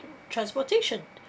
transportation